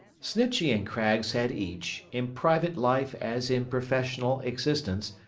snitchey and craggs had each, in private life as in professional existence,